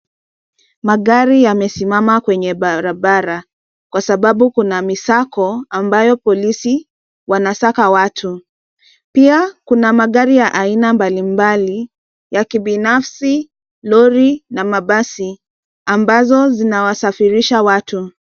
Magari yamesimama kwenye barabara kwa sababu kuna misako ambayo polisi wanasaka watu. Pia kuna magari ya aina mbalimbali, ya kibinafsi, lori na mabasi, ambazo zinawasafirisha watu.